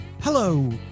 Hello